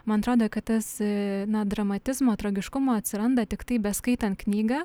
man atrodo kad tas na dramatizmo tragiškumo atsiranda tiktai beskaitant knygą